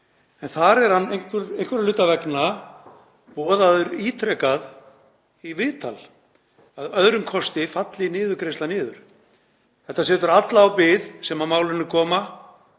en þar er hann einhverra hluta vegna boðaður ítrekað í viðtal, að öðrum kosti falli niðurgreiðsla niður. Þetta setur alla á bið sem að málinu koma,